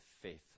faith